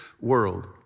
world